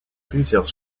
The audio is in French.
plusieurs